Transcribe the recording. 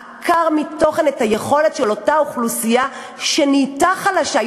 עקר מתוכן את היכולת של אותה אוכלוסייה שנהייתה חלשה.